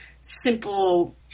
simple